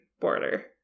border